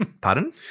Pardon